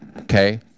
okay